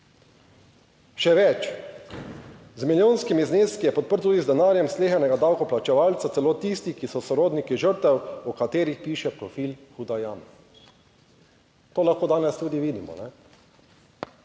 Še več, z milijonskimi zneski je podprt tudi z denarjem slehernega davkoplačevalca celo tistih, ki so sorodniki žrtev o katerih piše Profil Huda Jama, to lahko danes tudi vidimo.